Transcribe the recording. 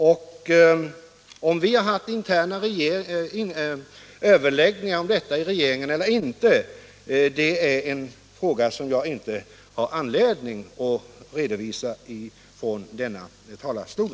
Men om vi har haft interna överläggningar om detta i regeringen eller inte är något som jag inte har anledning att redovisa från denna talarstol.